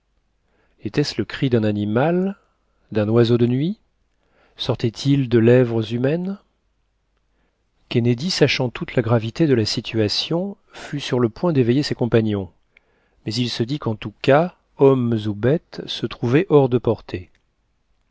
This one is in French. était-ce le cri d'un animal d'un oiseau de nuit sortait-il de lèvres humaines kennedy sachant toute la gravité de la situation fut sur le point d'éveiller ses compagnons mais il se dit qu'en tout cas hommes ou bêtes se trouvaient hors de portée